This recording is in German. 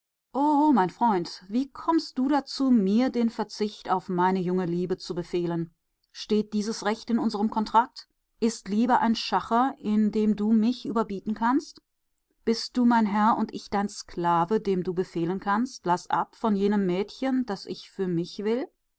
mein freund wie kommst du dazu mir den verzicht auf meine junge liebe zu befehlen steht dieses recht in unserem kontrakt ist liebe ein schacher in dem du mich überbieten kannst bist du mein herr und ich dein sklave dem du befehlen kannst laß ab von jenem mädchen das ich für mich will